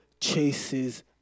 chases